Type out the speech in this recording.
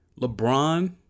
LeBron